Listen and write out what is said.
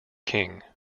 king